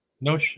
No